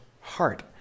heart